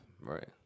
Right